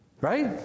Right